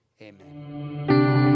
Amen